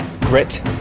grit